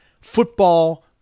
football